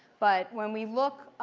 but when we look